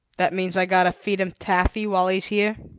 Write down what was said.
that means i've got to feed him taffy while he's here?